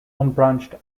unbranched